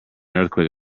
earthquake